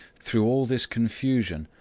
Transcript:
through all this confusion,